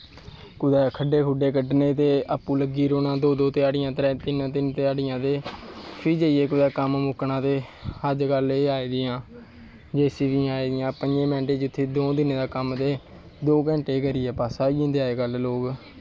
कुदै खड्ढे खुड्ढे कड्ढने ते अप्पूं लग्गे रौह्नां दो दो तिन्न तिन्न ध्याह्ड़ियां ते फ्ही जाईयै कुदै कम्म मुक्कनां ते अज्ज कल एह् आई दियां जी सी पिआं आई दियां जित्थें पंज़ें मिन्टोें दा कम्म ते दों घैंटें च करियै पास्सैं होई जंदे अज्ज कल लोग